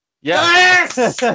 Yes